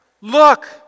Look